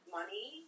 money